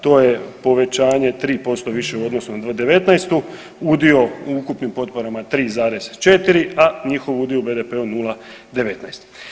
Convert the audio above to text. To je povećanje 3% više u odnosu na 2019., udio u ukupnim potporama 3,4, a njihov udio u BDP-u 0,19.